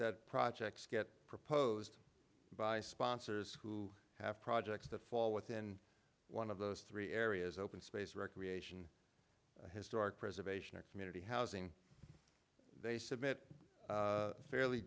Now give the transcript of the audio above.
that projects get proposed by sponsors who have projects that fall within one of those three areas open space recreation historic preservation or community housing they submit fairly